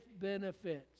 benefits